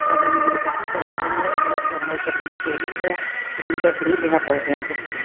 ਔਰ ਮੈਨੂੰ ਉਹਦੇ ਕਾਫੀ ਫਾਇਦੇ ਮਿਲੇ ਆ ਉਹਦਾ ਨੁਕਸਾਨ ਮੈਨੂੰ ਕੋਈ ਨਹੀਂ ਹੋਇਆ ਫਰੀ ਦਾ ਫਰੀ ਬਿਨਾ ਪੈਸਿਆਂ ਤੋਂ